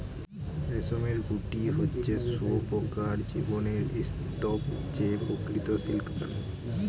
রেশমের গুটি হচ্ছে শুঁয়োপকার জীবনের স্তুপ যে প্রকৃত সিল্ক বানায়